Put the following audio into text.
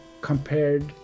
compared